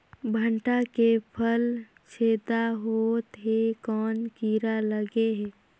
भांटा के फल छेदा होत हे कौन कीरा लगे हे?